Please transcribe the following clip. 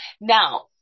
Now